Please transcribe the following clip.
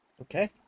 okay